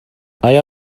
آیا